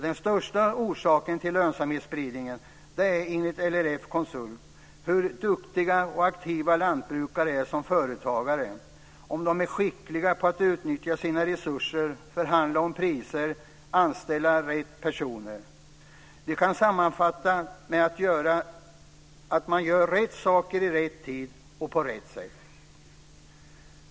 Den största skillnaden i lönsamhetsspridningen beror, enligt LRF Konsult, på hur duktiga och aktiva lantbrukare är som företagare, om de är skickliga på att utnyttja sina resurser, förhandla om priser och anställa rätt personer. Det kan sammanfattas med att det handlar om att göra rätt saker i rätt tid och på rätt sätt.